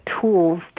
tools